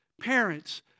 Parents